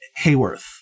Hayworth